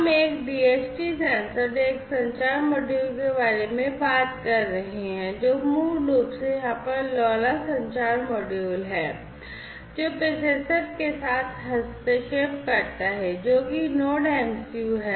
हम एक DHT sensor और एक संचार मॉड्यूल के बारे में बात कर रहे हैं जो मूल रूप से यहाँ पर LoRa संचार मॉडल है जो प्रोसेसर के साथ हस्तक्षेप करता है जो कि NodeMCU है